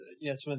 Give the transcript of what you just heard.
Yes